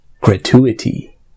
gratuity